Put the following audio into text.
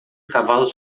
cavalos